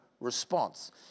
response